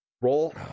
Roll